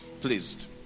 pleased